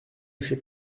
chez